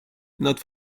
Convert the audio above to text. not